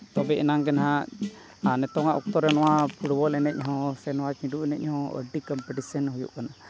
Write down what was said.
ᱛᱚᱵᱮ ᱟᱱᱟᱝᱜᱮ ᱦᱟᱸᱜ ᱟᱨ ᱱᱤᱛᱚᱜᱼᱟᱜ ᱚᱠᱛᱚᱨᱮ ᱱᱚᱣᱟ ᱯᱷᱩᱴᱵᱚᱞ ᱮᱱᱮᱡᱦᱚᱸ ᱥᱮ ᱱᱚᱣᱟ ᱪᱤᱸᱰᱩ ᱮᱱᱮᱡ ᱦᱚᱸ ᱟᱹᱰᱤ ᱠᱚᱢᱯᱤᱴᱤᱥᱮᱱ ᱦᱩᱭᱩᱜ ᱠᱟᱱᱟ